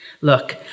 Look